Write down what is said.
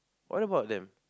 what about them